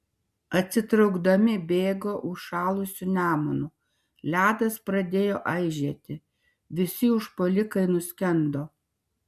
atsitraukdami bėgo užšalusiu nemunu ledas pradėjo aižėti visi užpuolikai nuskendo